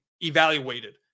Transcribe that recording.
evaluated